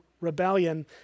rebellion